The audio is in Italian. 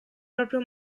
proprio